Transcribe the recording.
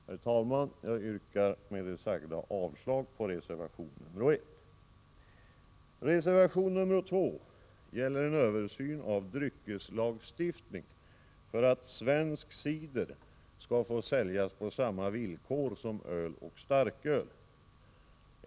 Herr talman! Jag yrkar med det sagda avslag på reservation nr 1. Reservation nr 2 gäller en översyn av dryckeslagstiftningen för att svensk cider skall få säljas på samma villkor som öl och starköl.